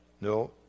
No